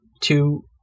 two